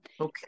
okay